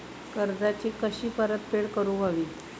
कर्जाची कशी परतफेड करूक हवी?